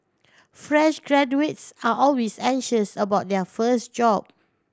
fresh graduates are always anxious about their first job